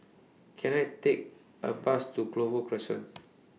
Can I Take A Bus to Clover Crescent